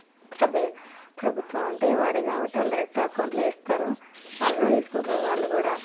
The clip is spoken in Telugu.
అదే ప్రభుత్వమంటే వారే కాబట్టి వాళ్ళు డైరెక్ట్ అకౌంట్లో వేస్తారు వాళ్ళు కూడా తీసుకుంటారు వాళ్ళు కూడా